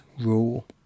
rule